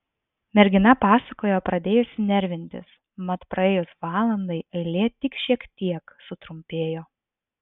mergina pasakojo pradėjusi nervintis mat praėjus valandai eilė tik šiek tiek sutrumpėjo